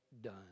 done